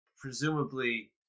Presumably